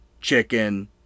chicken